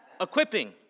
Equipping